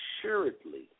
assuredly